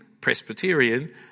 Presbyterian